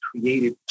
created